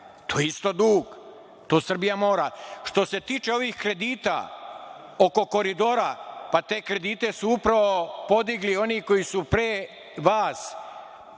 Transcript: To je isto dug, to Srbija mora. Što se tiče ovih kredita oko koridora, te kredite su upravo podigli oni koji su pre vas,